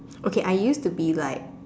okay I used to be like